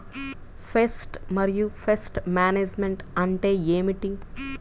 Pest మరియు pest management అంటే ఏమిటి?